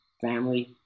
family